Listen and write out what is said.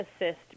assist